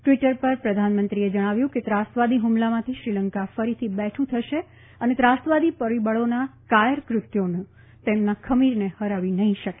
Twitter પર પ્રધાનમંત્રીએ જણાવ્યું કે ત્રાસવાદી હુમલામાંથી શ્રીલંકા ફરીથી બેઠુ થશે અને ત્રાસવાદી પરીબળોના કાયરકૃત્યો તેમના ખમીરને હરાવી નહી શકે